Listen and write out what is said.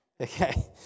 Okay